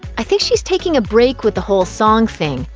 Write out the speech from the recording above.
i think she's taking a break with the whole song thing.